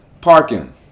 Parking